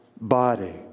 body